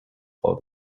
for